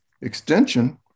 extension